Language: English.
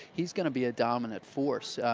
he's going to be a dominant force.